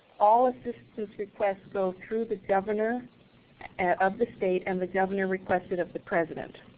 all assistance requests go through the governor and of the state and the governor requests it of the president.